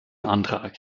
antrag